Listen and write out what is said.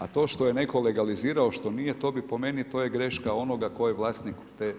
A to što je netko legalizirao, što nije, to bi po meni to je graška onoga tko je vlasnik te